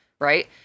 right